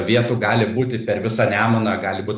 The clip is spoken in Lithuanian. vietų gali būti per visą nemuną gali būt